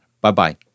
Bye-bye